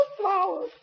flowers